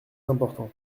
importants